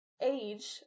age